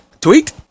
Tweet